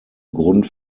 grund